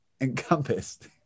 encompassed